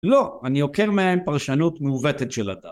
לא, אני עוקר מהם פרשנות מעוותת של הדת.